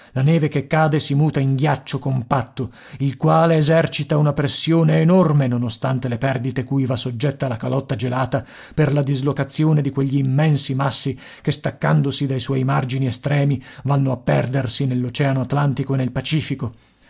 la neve che cade si muta in ghiaccio compatto il quale esercita una pressione enorme nonostante le perdite cui va soggetta la calotta gelata per la dislocazione di quegli immensi massi che staccandosi dai suoi margini estremi vanno a perdersi nell'oceano atlantico e nel pacifico